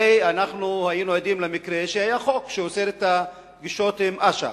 הרי אנחנו היינו עדים למקרה שהיה חוק שאוסר את הפגישות עם אש"ף.